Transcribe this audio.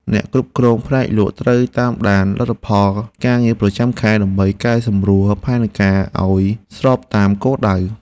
អ្នកគ្រប់គ្រងផ្នែកលក់ត្រូវតាមដានលទ្ធផលការងារប្រចាំខែ ដើម្បីកែសម្រួលផែនការឱ្យស្របតាមគោលដៅ។